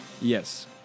Yes